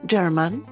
German